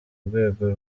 rwego